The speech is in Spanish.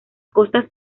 costas